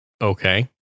okay